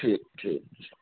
ठीक छै